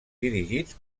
dirigits